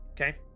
Okay